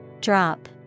Drop